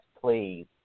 please